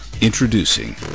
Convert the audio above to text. Introducing